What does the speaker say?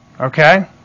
Okay